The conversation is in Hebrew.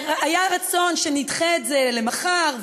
והיה רצון שנדחה את זה למחר,